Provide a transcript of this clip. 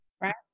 right